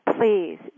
please